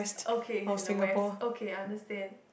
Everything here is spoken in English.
okay it's in the west okay understand